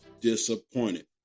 disappointed